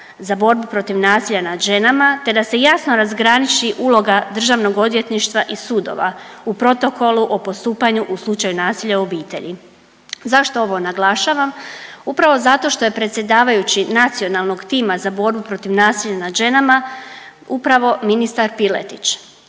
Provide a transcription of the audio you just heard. za borbu protiv nasilja nad ženama te da se jasno razgraniči uloga državnog odvjetništva i sudova u protokolu o postupanju u slučaju nasilja u obitelji. Zašto ovo naglašavam? Upravo zato što je predsjedavajući Nacionalnog tima za borbu protiv nasilja nad ženama upravo ministra Piletić